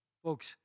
Folks